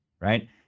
right